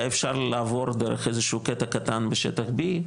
היה אפשר לעבור דרך איזה שטח קטן בשטח B,